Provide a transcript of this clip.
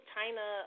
China